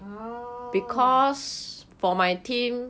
orh